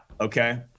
okay